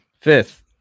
Fifth